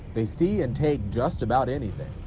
they see and take just about anything.